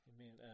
Amen